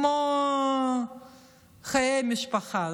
כמו חיי משפחה,